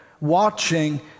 watching